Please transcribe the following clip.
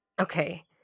okay